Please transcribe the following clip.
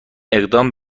اقدام